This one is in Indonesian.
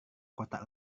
kotak